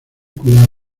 cuidado